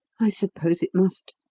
i suppose it must,